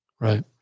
Right